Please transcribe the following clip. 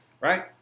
Right